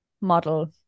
Model